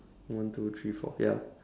one two three four ya